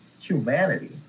humanity